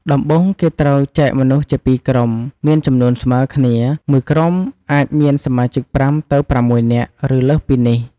ដំបូងគេត្រូវចែកមនុស្សជា២ក្រុម មានចំនួនស្មើគ្នា មួយក្រុមអាចមានសមាជិក ៥ ទៅ៦នាក់ ឬលើសពីនេះ។